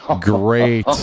Great